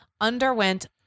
underwent